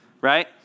right